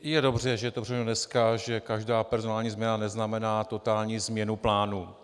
Je dobře, že to je otevřeno dneska, že každá personální změna neznamená totální změnu plánu.